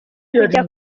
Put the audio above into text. kujya